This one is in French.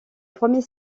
premiers